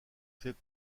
faits